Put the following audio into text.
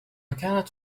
كانت